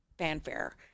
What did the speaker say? fanfare